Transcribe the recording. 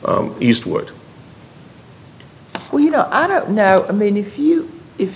eastwood well you know i don't know i mean if you if